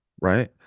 right